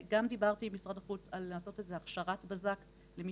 גם דיברתי עם משרד החוץ על לעשות איזו הכשרת בזק למי